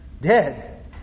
Dead